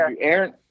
Aaron